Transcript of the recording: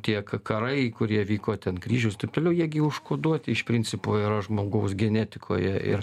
tiek karai kurie vyko ten kryžiaus taip toliau jie gi užkoduoti iš principo yra žmogaus genetikoje ir